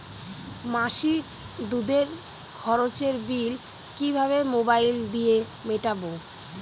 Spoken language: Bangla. মাসিক দুধের খরচের বিল কিভাবে মোবাইল দিয়ে মেটাব?